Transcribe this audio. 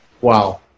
Wow